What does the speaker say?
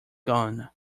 gone